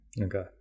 Okay